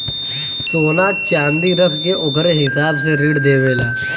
सोना च्नादी रख के ओकरे हिसाब से ऋण देवेला